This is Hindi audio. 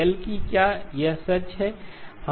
L की क्या यह सच है